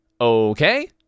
Okay